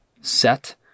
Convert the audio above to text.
set